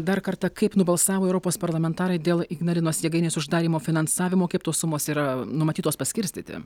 dar kartą kaip nubalsavo europos parlamentarai dėl ignalinos jėgainės uždarymo finansavimo kaip tos sumos yra numatytos paskirstyti